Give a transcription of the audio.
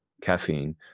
caffeine